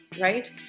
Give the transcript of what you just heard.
right